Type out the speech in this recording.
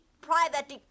private